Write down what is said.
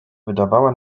wydawała